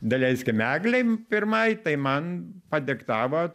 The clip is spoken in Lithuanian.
daleiskim eglei pirmai tai man padiktavo